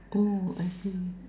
oh I see